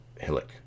hillock